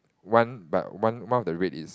one but one one of the red is